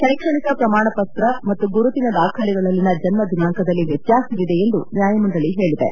ಶೈಕ್ಷಣಿಕ ಪ್ರಮಾಣಪತ್ರ ಮತ್ತು ಗುರುತಿನ ದಾಖಲೆಗಳಲ್ಲಿನ ಜನ್ಮ ದಿನಾಂಕದಲ್ಲಿ ವ್ಯತ್ಯಾಸವಿದೆ ಎಂದು ನ್ಯಾಯಮಂಡಳಿ ಹೇಳಿದೆ